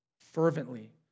fervently